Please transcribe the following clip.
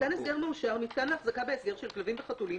מתקן הסגר מאושר מתקן להחזקה בהסגר של כלבים וחתולים